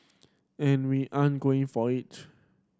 and we ain't going for it